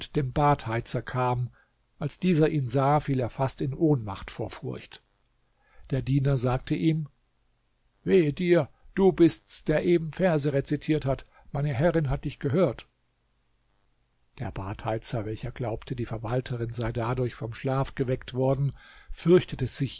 dem badheizer kam als dieser ihn sah fiel er fast in ohnmacht vor furcht der diener sagte ihm wehe dir du bist's der eben verse rezitiert hat meine herrin hat dich gehört der badheizer welcher glaubte die verwalterin sei dadurch vom schlaf geweckt worden fürchtete sich